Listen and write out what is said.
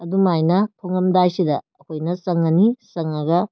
ꯑꯗꯨꯃꯥꯏꯅ ꯊꯣꯡꯉꯝꯗꯥꯏꯁꯤꯗ ꯑꯩꯈꯣꯏꯅ ꯆꯪꯉꯅꯤ ꯆꯪꯉꯒ